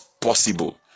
possible